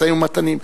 משאים-ומתנים.